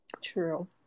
True